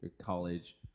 college